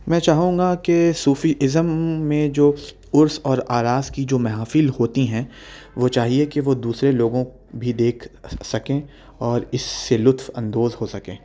میں چاہوں گا کہ صوفی ازم میں جو عرس اور آعراس کی جو محافل ہوتی ہیں وہ چاہیے کہ وہ دوسرے لوگوں بھی دیکھ سکیں اور اس سے لطف اندوز ہو سکیں